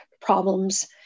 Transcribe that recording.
problems